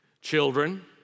Children